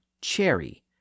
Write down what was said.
cherry